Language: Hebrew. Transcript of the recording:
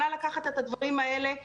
נא לקחת את הדברים האלה בחשבון,